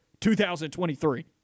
2023